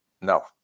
No